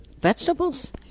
vegetables